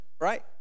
right